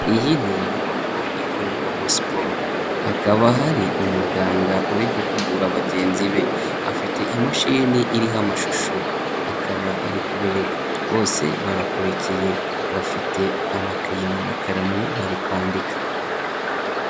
Iyi ni inyubako ikorerwamo siporo, hakaba hari umuganga uri guhugura bagenzi be, afite imashini iriho amashusho akaba ari kubereka, bose barakurikiye, bafite amakayi n'amakaramu bari kwandika.